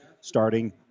starting